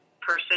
person